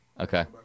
Okay